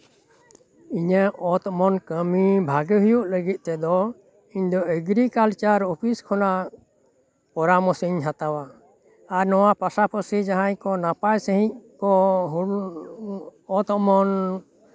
ᱤᱧᱟᱹᱜ ᱚᱛ ᱚᱢᱚᱱ ᱠᱟᱹᱢᱤ ᱵᱷᱟᱜᱮ ᱦᱩᱭᱩᱜ ᱞᱟᱹᱜᱤᱫ ᱛᱮᱫᱚ ᱤᱧ ᱫᱚ ᱮᱜᱽᱨᱤ ᱠᱟᱞᱪᱟᱨ ᱚᱯᱷᱤᱥ ᱠᱷᱚᱱᱟᱜ ᱯᱚᱨᱟᱢᱚᱥ ᱤᱧ ᱦᱟᱛᱟᱣᱟ ᱱᱚᱣᱟ ᱯᱟᱥᱟᱯᱟᱥᱤ ᱡᱟᱦᱟᱸᱭ ᱠᱚ ᱱᱟᱯᱟᱭ ᱥᱟᱹᱦᱤᱡ ᱠᱚ ᱚᱛ ᱚᱢᱚᱱ